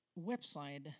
website